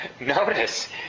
notice